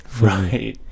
Right